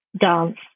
dance